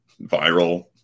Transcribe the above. viral